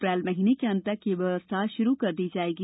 अप्रैल महीने के अंत तक यह व्यवस्था शुरू कर दी जाएगी